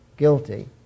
guilty